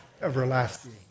everlasting